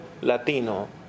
Latino